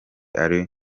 ari